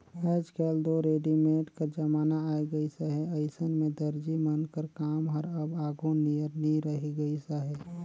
आएज काएल दो रेडीमेड कर जमाना आए गइस अहे अइसन में दरजी मन कर काम हर अब आघु नियर नी रहि गइस अहे